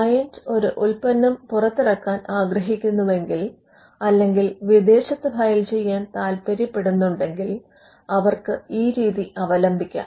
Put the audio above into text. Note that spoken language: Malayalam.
ക്ലയന്റ് ഒരു ഉൽപ്പന്നം പുറത്തിറക്കാൻ ആഗ്രഹിക്കുന്നുവെങ്കിൽ അല്ലെങ്കിൽ വിദേശത്ത് ഫയൽ ചെയ്യാൻ താല്പര്യപെടുന്നുണ്ടെങ്കിൽ അവർക്ക് ഈ രീതി അവലംബിക്കാം